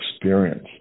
experience